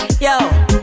Yo